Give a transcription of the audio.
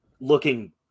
looking